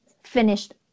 finished